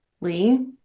Lee